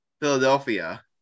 Philadelphia